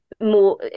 more